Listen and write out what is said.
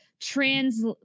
trans